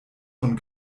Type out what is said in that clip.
von